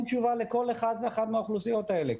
תשובה לכל אחד ואחת מהאוכלוסיות האלה.